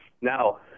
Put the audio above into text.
Now